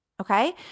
okay